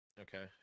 Okay